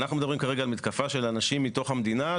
אנחנו מדברים כרגע על מתקפה של אנשים מתוך המדינה,